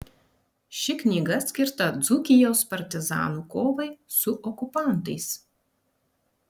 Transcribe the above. ši knyga skirta dzūkijos partizanų kovai su okupantais